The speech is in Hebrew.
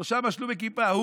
שלושה משלו בכיפה,